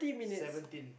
seventeen